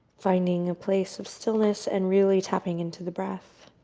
finding a place of stillness and really tapping into the breath.